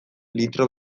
litro